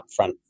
upfront